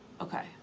okay